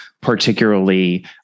particularly